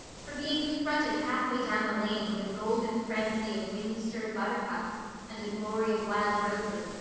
for being confronted halfway down the lane with a golden frenzy of wind-stirred buttercups and a glory of wild roses,